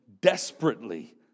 desperately